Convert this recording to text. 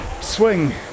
swing